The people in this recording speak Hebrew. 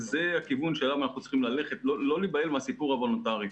וזה הכיוון שאליו אנחנו צריכים ללכת: לא להיבהל מהסיפור הוולונטרי.